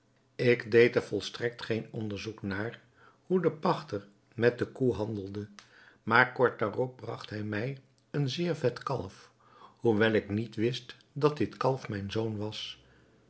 ik deed er volstrekt geen onderzoek naar hoe de pachter met de koe handelde maar kort daarop bragt hij mij een zeer vet kalf hoewel ik niet wist dat dit kalf mijn zoon was